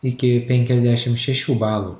iki penkiasdešim šešių balų